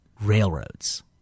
Railroads